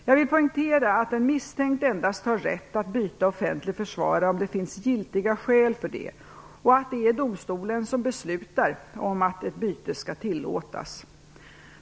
Jag vill poängtera att en misstänkt endast har rätt att byta offentlig försvarare om det finns giltiga skäl för det och att det är domstolen som beslutar om att ett byte skall tillåtas.